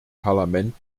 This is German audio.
parlament